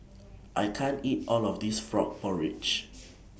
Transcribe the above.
I can't eat All of This Frog Porridge